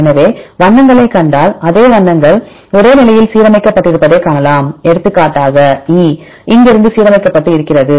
எனவே வண்ணங்களைக் கண்டால் அதே வண்ணங்கள் ஒரே நிலையில் சீரமைக்கப்பட்டிருப்பதைக் காணலாம் எடுத்துக்காட்டாக E இங்கிருந்து சீரமைக்கப்பட்டு இருக்கிறது